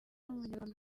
umunyarwanda